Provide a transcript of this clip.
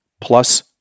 plus